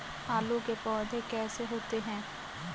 आलू के पौधे कैसे होते हैं?